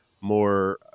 more